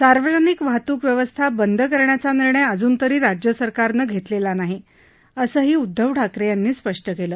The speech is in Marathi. सार्वजनिक वाहतूक व्यवस्था बंद करण्याचा निर्णय अजून तरी राज्य सरकारने धेतलेला नाही असेही उद्दव ठाकरे यांनी स्पष्ट केले